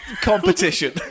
competition